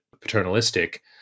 paternalistic